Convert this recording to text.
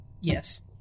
Yes